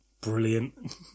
Brilliant